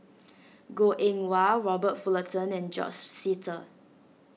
Goh Eng Wah Robert Fullerton and George Sita